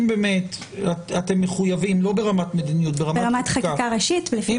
אם באמת אתם מחויבים לא ברמת מדיניות --- ברמת חקיקה ראשית --- אם